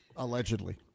Allegedly